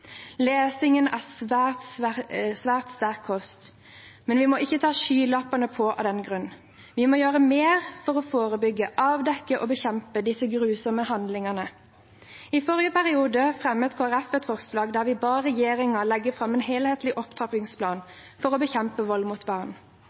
Lesingen er svært sterk kost, men vi må ikke ta skylappene på av den grunn. Vi må gjøre mer for å forebygge, avdekke og bekjempe disse grusomme handlingene. I forrige periode fremmet Kristelig Folkeparti et forslag der vi ba regjeringen legge fram en helhetlig opptrappingsplan